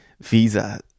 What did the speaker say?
visa